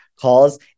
Calls